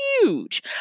huge